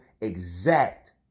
exact